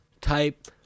type